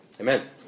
Amen